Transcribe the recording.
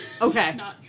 Okay